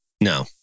No